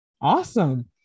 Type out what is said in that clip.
Awesome